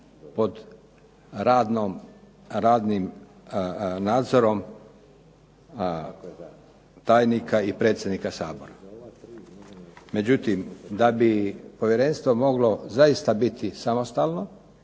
pod radnim nadzorom tajnika i predsjednika Sabora. Međutim, da bi povjerenstvo moglo zaista biti samostalno